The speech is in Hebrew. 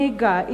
נהיגה,